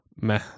meh